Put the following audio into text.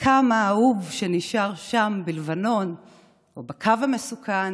כמה האהוב שנשאר שם בלבנון או בקו המסוכן